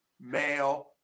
male